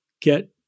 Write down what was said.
get